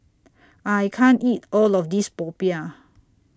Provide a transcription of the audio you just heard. I can't eat All of This Popiah